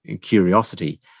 curiosity